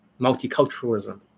multiculturalism